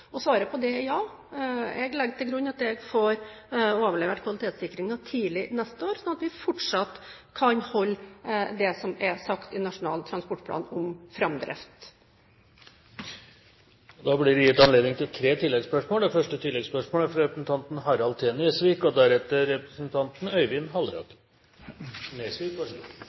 Og svaret på det er ja. Jeg legger til grunn at jeg får overlevert kvalitetssikringen tidlig neste år, sånn at vi fortsatt kan holde det som er sagt i Nasjonal transportplan om framdrift. Det blir gitt anledning til tre oppfølgingsspørsmål – først Harald T. Nesvik. Med den holdningen, og ikke minst den type spørsmål og